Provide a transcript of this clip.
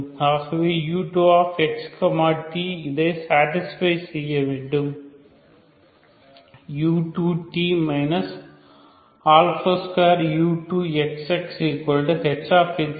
ஆகவே u2x t இதை satisfy செய்ய வேண்டும் u2t 2u2xxhx t